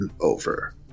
over